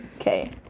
Okay